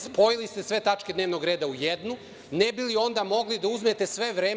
Spojili ste sve tačke dnevnog reda u jednu, ne bi li onda mogli da uzmete sve vreme.